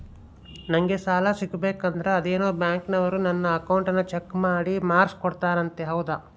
ನಂಗೆ ಸಾಲ ಸಿಗಬೇಕಂದರ ಅದೇನೋ ಬ್ಯಾಂಕನವರು ನನ್ನ ಅಕೌಂಟನ್ನ ಚೆಕ್ ಮಾಡಿ ಮಾರ್ಕ್ಸ್ ಕೊಡ್ತಾರಂತೆ ಹೌದಾ?